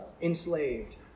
enslaved